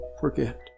Forget